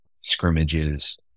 scrimmages